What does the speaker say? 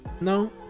No